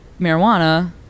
marijuana